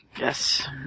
Yes